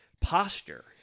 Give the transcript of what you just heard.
posture